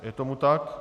Je tomu tak?